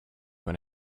when